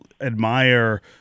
admire